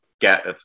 get